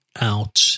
out